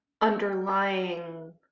underlying